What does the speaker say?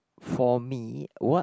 for me what